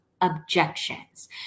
objections